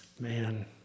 man